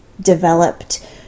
developed